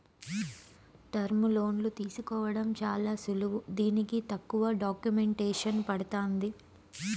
టర్ములోన్లు తీసుకోవడం చాలా సులువు దీనికి తక్కువ డాక్యుమెంటేసన్ పడతాంది